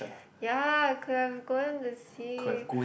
ya I could have going to see